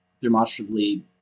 demonstrably